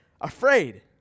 afraid